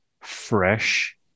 fresh